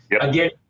again